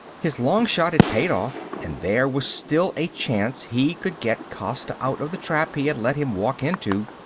his long shot had paid off and there was still a chance he could get costa out of the trap he had let him walk into.